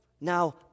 now